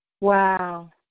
Wow